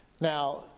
Now